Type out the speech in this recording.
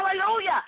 hallelujah